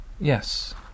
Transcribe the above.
Yes